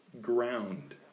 ground